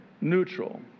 neutral